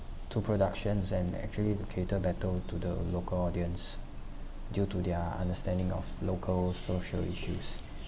to productions and actually to cater better to the local audience due to their understanding of local social issues